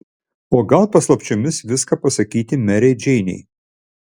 o gal paslapčiomis viską pasakyti merei džeinei